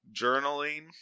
Journaling